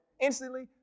instantly